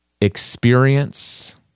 experience